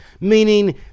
meaning